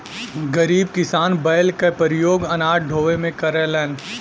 गरीब किसान बैल क परियोग अनाज ढोवे में करलन